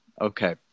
Okay